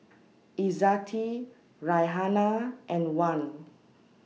Izzati Raihana and Wan